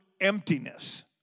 emptiness